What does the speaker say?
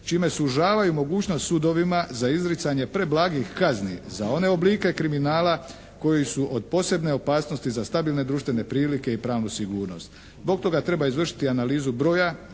čime sužavaju mogućnost sudovima za izricanje preblagih kazni za one oblike kriminala koji su od posebne opasnosti za stabilne društvene prilike i pravnu sigurnost. Zbog toga treba izvršiti analizu broja